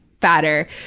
Fatter